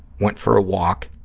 went for a walk,